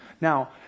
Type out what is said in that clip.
Now